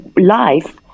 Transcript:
life